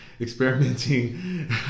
experimenting